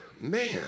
Man